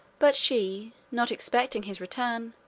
but she, not expecting his return,